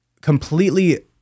completely